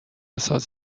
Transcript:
ساز